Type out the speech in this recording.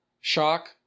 shock